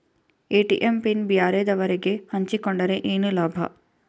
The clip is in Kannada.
ಎ.ಟಿ.ಎಂ ಪಿನ್ ಬ್ಯಾರೆದವರಗೆ ಹಂಚಿಕೊಂಡರೆ ಏನು ಲಾಭ?